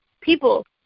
people